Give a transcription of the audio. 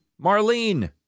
marlene